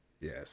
Yes